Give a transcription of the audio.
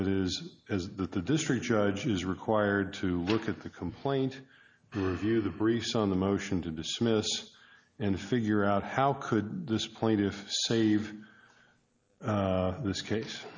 that is is that the district judge is required to look at the complaint view the briefs on the motion to dismiss and figure out how could this point if save this case